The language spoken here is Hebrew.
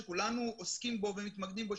שכולנו עוסקים בו ומתמקדים בו,